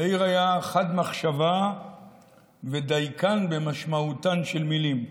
יאיר היה חד מחשבה ודייקן במשמעותן של מילים,